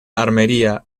armenia